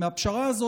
מהפשרה הזאת.